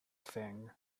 thing